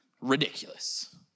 ridiculous